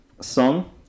song